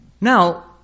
Now